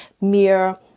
mere